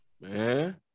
Man